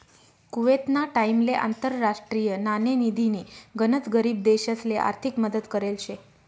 कुवेतना टाइमले आंतरराष्ट्रीय नाणेनिधीनी गनच गरीब देशसले आर्थिक मदत करेल शे